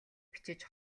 бичиж